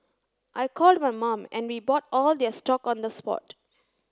I called my mum and we bought all their stock on the spot